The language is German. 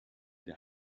der